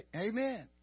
Amen